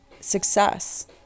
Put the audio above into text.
success